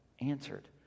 answered